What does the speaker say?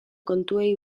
kontuei